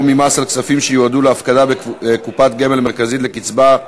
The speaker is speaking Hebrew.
ממס על כספים שיועדו להפקדה בקופת גמל מרכזית לקצבה)